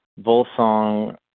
Volsong